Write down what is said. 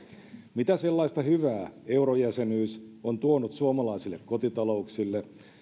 mitä sellaista hyvää eurojäsenyys on tuonut suomalaisille kotitalouksille